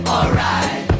Alright